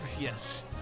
Yes